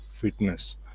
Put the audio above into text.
fitness